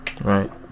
right